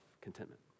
contentment